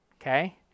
okay